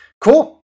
cool